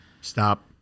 Stop